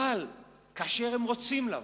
אבל כאשר הם רוצים לבוא,